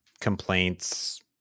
complaints